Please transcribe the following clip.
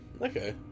okay